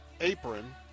apron